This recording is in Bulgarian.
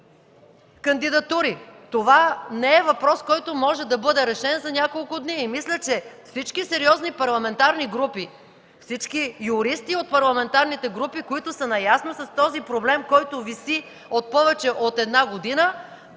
кандидатури? Това не е въпрос, който може да бъде решен за няколко дни. Мисля, че всички сериозни парламентарни групи, всички юристи от парламентарните групи, които са наясно с проблема, който виси повече от една година,